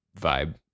vibe